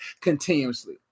continuously